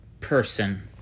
person